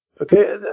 Okay